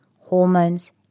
hormones